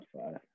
five